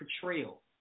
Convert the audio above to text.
portrayal